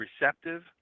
receptive